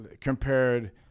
compared